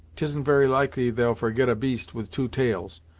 tisn't very likely they'll forget a beast with two tails,